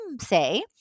say